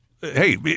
hey